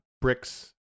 bricks